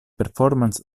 performance